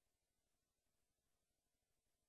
עוד